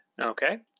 Okay